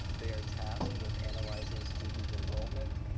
they are tasked with analyzing student enrollment,